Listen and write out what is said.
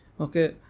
okay